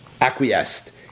acquiesced